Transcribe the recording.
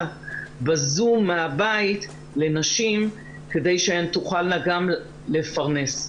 בזום מהבית לנשים כדי שהן תוכלנה גם לפרנס.